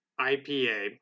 ipa